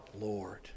Lord